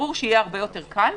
ברור שיהיה הרבה יותר קל.